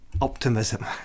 optimism